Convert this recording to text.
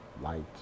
light